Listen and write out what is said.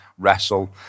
Wrestle